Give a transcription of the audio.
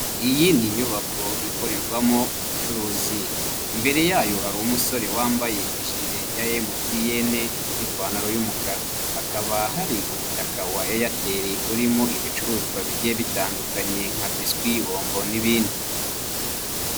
Iyi ni inyubako ikorerwamo ubucuruzi, imbere yayo hari umusore wambaye ijire ya MTN n'ipantaro y'umukara, hakaba hari umutaka wa Airtel urimo ibicuruzwa bigiye bitandukanye nka biswi, bombo n'ibindi.